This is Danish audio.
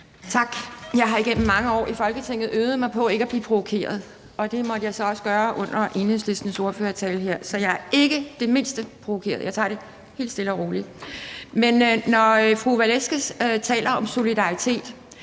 Tak. Jeg har igennem mange år i Folketinget øvet mig på ikke at blive provokeret, og det måtte jeg så også gøre under Enhedslistens ordførertale. Så jeg er ikke det mindste provokeret; jeg tager det helt stille og roligt. Men når fru Victoria Velasquez taler om solidaritet,